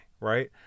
right